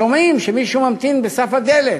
שומעים שמישהו ממתין על סף הדלת.